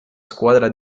squadra